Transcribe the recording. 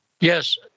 Yes